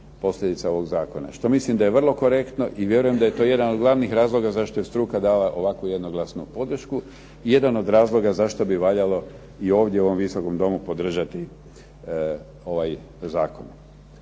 posljedica ovog zakona. Što mislim da je vrlo korektno i vjerujem da je to jedan od glavnih razloga zašto je struka dala ovakvu jednoglasnu podršku i jedan od razloga zašto bi valjalo ovdje u ovom visokom domu podržati ovaj zakon.